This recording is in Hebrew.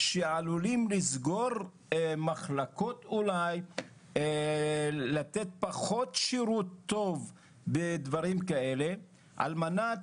שעלולים לסגור מחלקות אולי ולתת שירות טוב ודברים כאלה על מנת